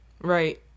Right